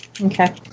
Okay